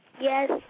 Yes